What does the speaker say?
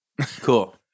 cool